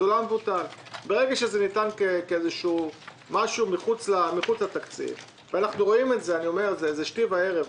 ברגע שזה ניתן כמשהו מחוץ לתקציב זה שתי וערב,